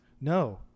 No